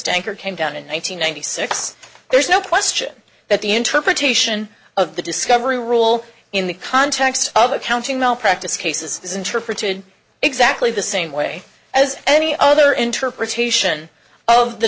danker came down in one thousand nine hundred six there's no question that the interpretation of the discovery rule in the context of accounting malpractise cases is interpreted exactly the same way as any other interpretation of the